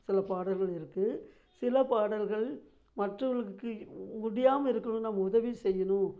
சில பாடல்கள் இருக்குது சில பாடல்கள் மற்றவர்களுக்கு முடியாமல் இருக்கிறவங்களுக்கு நம்ம உதவி செய்யணும்